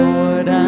Lord